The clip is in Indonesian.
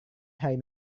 hari